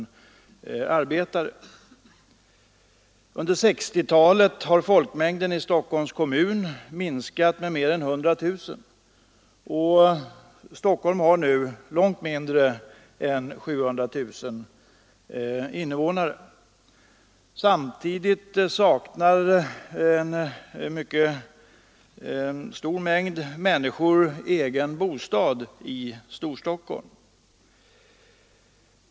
Under 1960-talet har folkmängden i Stockholms kommun minskat med mer än 100 000, och Stockholm har nu långt mindre än 700 000 invånare. Samtidigt saknar en mycket stor mängd människor egen bostad i Storstockholm.